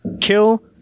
Kill